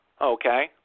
okay